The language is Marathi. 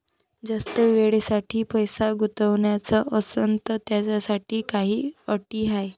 जास्त वेळेसाठी पैसा गुंतवाचा असनं त त्याच्यासाठी काही अटी हाय?